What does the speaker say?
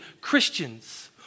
Christians